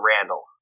Randall